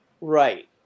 Right